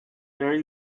there